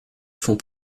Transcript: font